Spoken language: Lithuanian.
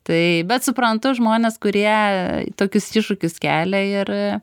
tai bet suprantu žmones kurie tokius iššūkius kelia ir